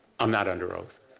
i'm not under oath.